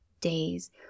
Days